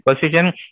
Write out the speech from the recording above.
position